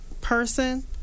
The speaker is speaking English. person